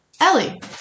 Ellie